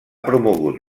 promogut